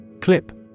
Clip